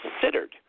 considered